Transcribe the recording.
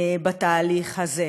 בתהליך הזה.